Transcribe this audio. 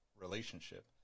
relationship